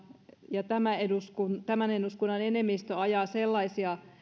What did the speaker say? ja tämän eduskunnan enemmistö ajavat sellaisia